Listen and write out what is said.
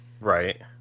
Right